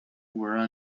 were